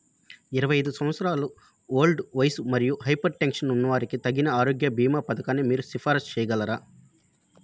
ఇరవై ఐదు సంవత్సరాలు ఓల్డ్ వయసు మరియు హైపర్టెన్షన్ ఉన్నవారికి తగిన ఆరోగ్య బీమా పథకాన్ని మీరు సిఫారసు చెయ్యగలరా